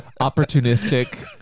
opportunistic